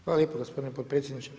Hvala lijepo gospodine potpredsjedniče.